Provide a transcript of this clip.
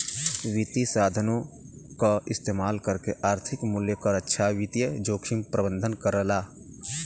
वित्तीय साधनों क इस्तेमाल करके आर्थिक मूल्य क रक्षा वित्तीय जोखिम प्रबंधन करला